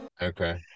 Okay